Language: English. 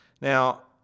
Now